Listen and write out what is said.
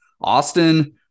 Austin